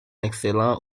excellent